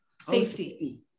Safety